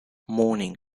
mourning